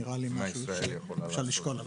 זה נראה לי משהו שאפשר לשקול.